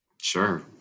Sure